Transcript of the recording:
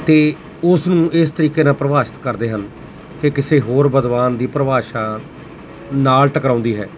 ਅਤੇ ਉਸ ਨੂੰ ਇਸ ਤਰੀਕੇ ਨਾਲ ਪ੍ਰਭਾਸ਼ਿਤ ਕਰਦੇ ਹਨ ਕਿ ਕਿਸੇ ਹੋਰ ਵਿਦਵਾਨ ਦੀ ਪਰਿਭਾਸ਼ਾ ਨਾਲ ਟਕਰਾਉਂਦੀ ਹੈ